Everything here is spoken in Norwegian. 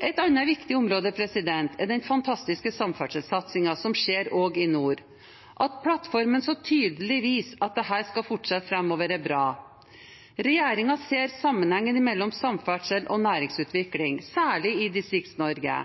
Et annet viktig område er den fantastiske samferdselssatsingen som skjer også i nord. At plattformen så tydelig viser at dette skal fortsette framover, er bra. Regjeringen ser sammenhengen mellom samferdsel og næringsutvikling, særlig i Distrikts-Norge.